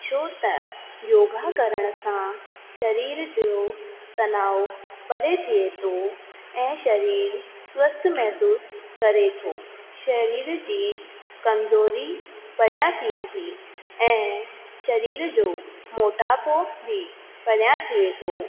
छो त योगा करण सां शरीर जो तनाव परे थिए थो ऐं शरीर स्वस्थ महसूसु करे थो शरीर जी कमज़ोरी परियां थिए थी ऐं शरीर जो मोटापो बि परियां थिए थो